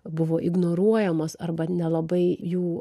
buvo ignoruojamos arba nelabai jų